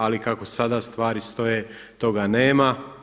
Ali kako sada stvari stoje toga nema.